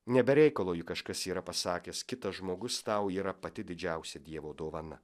ne be reikalo juk kažkas yra pasakęs kitas žmogus tau yra pati didžiausia dievo dovana